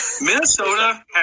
Minnesota